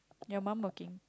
your mum working